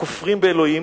/ הכופרים באלוהים,